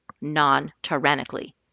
non-tyrannically